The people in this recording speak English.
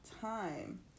time